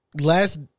last